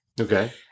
Okay